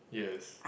yes